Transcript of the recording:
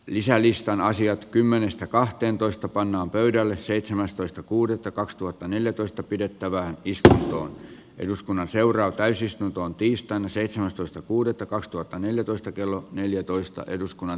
isä listaa naisia kymmenestä kahteentoista pannaan pöydälle seitsemästoista kuudetta kaksituhattaneljätoista pidettäväänpiste on eduskunnan seuraa täysistuntoon tiistaina seitsemästoista kuudetta kaksituhattaneljätoista valtiovarainvaliokunnan mietinnön mukaisena